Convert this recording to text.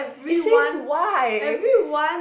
it says why